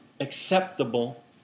acceptable